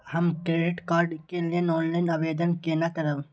हम credit card के लेल ऑनलाइन आवेदन केना करब?